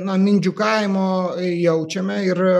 na mindžiukavimo jaučiame ir